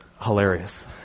hilarious